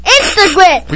Instagram